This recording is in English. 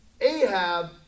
Ahab